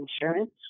insurance